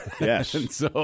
Yes